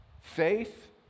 faith